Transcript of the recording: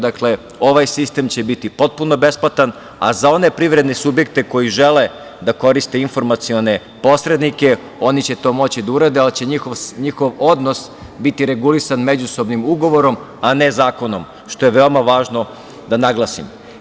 Dakle, ovaj sistem će biti potpuno besplatan, a za one privredne subjekte koji žele da koriste informacione posrednike, oni će to moći da urade, ali će njihov odnos biti regulisan međusobnim ugovorom, a ne zakonom, što je veoma važno da naglasim.